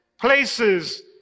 places